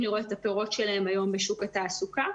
לראות את הפירות שלהן היום בשוק התעסוקה.